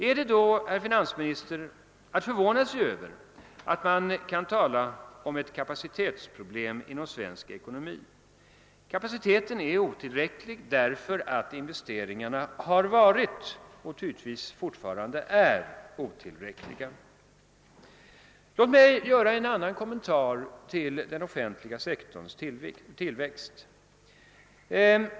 Är det då, herr finansminister, att förvåna sig över att man kan tala om ett kapacitetsproblem inom svensk ekonomi? Kapaciteten är otillräcklig, därför att investeringarna har varit och tydligen fortfarande är otillräckliga. Låt mig göra en annan kommentar till den offentliga sektorns tillväxt.